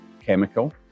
chemical